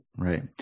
Right